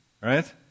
Right